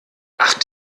ach